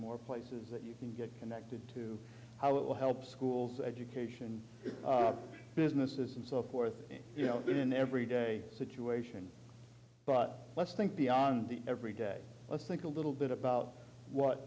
more places that you can get connected to how it will help schools education businesses and so forth that in every day situation but let's think beyond the every day let's think a little bit about what